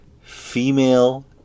female